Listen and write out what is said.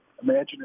Imagine